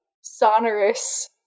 sonorous